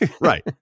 right